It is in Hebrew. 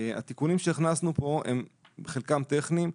התיקונים שהכנסנו כאן חלקם טכניים.